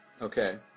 okay